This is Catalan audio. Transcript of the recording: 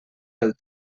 del